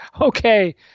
Okay